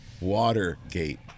Watergate